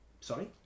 Sorry